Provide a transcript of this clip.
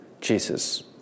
Jesus